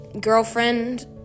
girlfriend